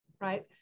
right